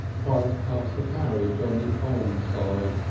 trying to pass a carriage on the on side,